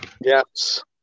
Yes